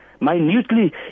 minutely